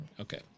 Okay